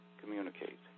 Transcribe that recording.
communicate